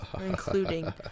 including